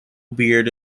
beard